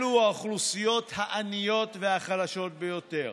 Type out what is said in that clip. אלו האוכלוסיות העניות והחלשות ביותר.